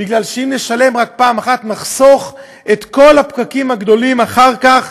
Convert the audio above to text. מפני שאם נשלם רק פעם אחת נחסוך את כל הפקקים הגדולים אחר כך,